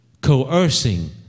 coercing